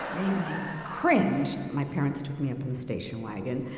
cringe. my parents took me um in the station wagon,